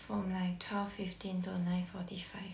from like twelve fifteen to nine forty five